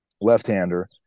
left-hander